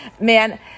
man